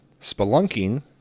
Spelunking